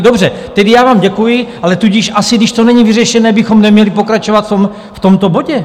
Dobře, tedy já vám děkuji, ale tudíž asi, když to není vyřešené, bychom neměli pokračovat v tomto bodě!